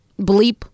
bleep